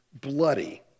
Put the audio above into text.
bloody